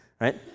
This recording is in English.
Right